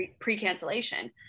pre-cancellation